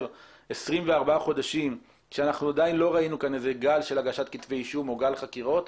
24 חודשים כשאנחנו לא ראינו כאן גל של הגשת כתבי אישום או גל חקירות.